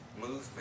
movement